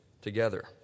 together